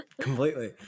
Completely